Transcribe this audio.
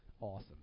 Awesome